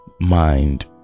mind